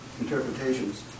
interpretations